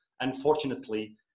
unfortunately